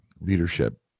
leadership